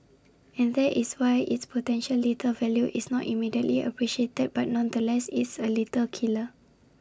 and there is why its potential lethal value is not immediately appreciated but nonetheless it's A lethal killer